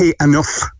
enough